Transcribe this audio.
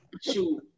Shoot